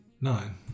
nine